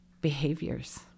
behaviors